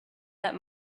that